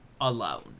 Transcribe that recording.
alone